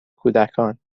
کودکان